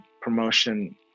promotion